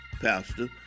pastor